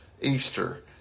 easter